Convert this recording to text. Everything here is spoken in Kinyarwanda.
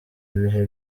ibihe